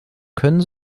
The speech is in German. können